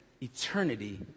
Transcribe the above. eternity